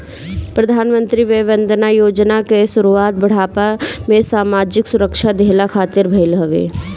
प्रधानमंत्री वय वंदना योजना कअ शुरुआत बुढ़ापा में सामाजिक सुरक्षा देहला खातिर भईल हवे